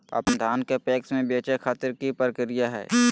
अपन धान के पैक्स मैं बेचे खातिर की प्रक्रिया हय?